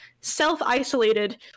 self-isolated